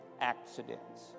accidents